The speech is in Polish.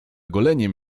goleniem